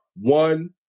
one